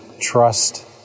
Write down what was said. trust